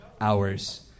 hours